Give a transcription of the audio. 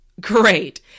Great